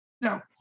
Now